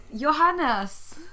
Johannes